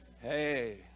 Hey